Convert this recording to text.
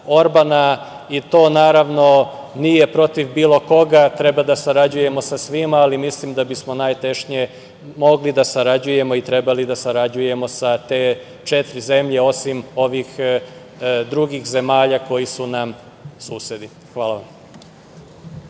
i to, naravno, nije protiv bilo koga. Treba da sarađujemo sa svima, ali mislim da bi najtešnje mogli i trebali da sarađujemo da sarađujemo sa te četiri zemlje, osim ovih drugih zemalja koje su nam susedi. Hvala vam.